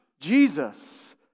Jesus